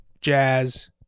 Jazz